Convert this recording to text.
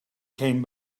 came